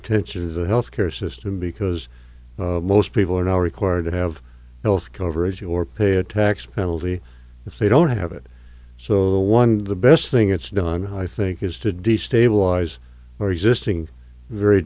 attention to the health care system because most people are now required to have health coverage or pay a tax penalty if they don't have it so the one the best thing it's done i think is to destabilize your existing very